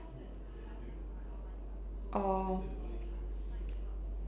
orh